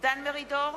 דן מרידור,